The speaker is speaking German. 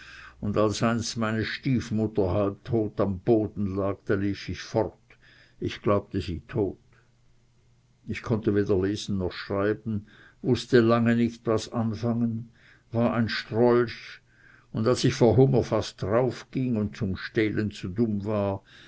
und als einst meine stiefmutter halb tot am boden lag da lief ich fort ich glaubte sie tot ich konnte weder lesen noch schreiben wußte lange nicht was anfangen war ein strolch und als ich vor hunger fast darauf ging und zum stehlen zu dumm war